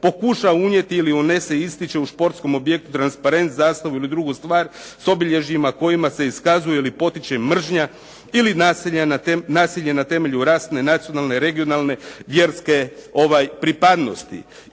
pokuša unijeti ili unese, ističe u športskom objektu transparent, zastavu ili drugu stvar s obilježjima kojima se iskazuje ili potiče mržnja ili nasilje na temelju rasne, nacionalne, regionalne, vjerske pripadnosti.